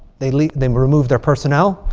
they leave. they remove their personnel.